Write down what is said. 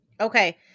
Okay